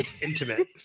Intimate